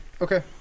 okay